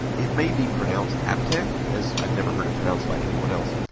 it may be pronounced aiptek as i've never heard it pronounced by anyone else.